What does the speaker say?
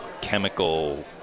chemical